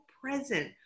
present